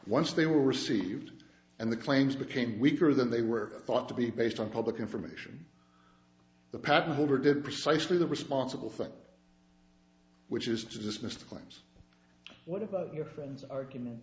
once they were received and the claims became weaker than they were thought to be based on public information the patent holder did precisely the responsible thing which is to dismissed claims what about your friend's argument